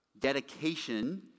dedication